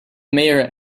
mayor